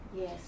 Yes